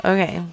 Okay